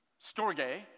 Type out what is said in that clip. Storge